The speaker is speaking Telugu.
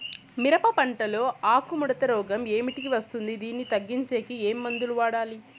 మిరప పంట లో ఆకు ముడత రోగం ఏమిటికి వస్తుంది, దీన్ని తగ్గించేకి ఏమి మందులు వాడాలి?